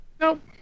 Nope